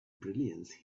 brilliance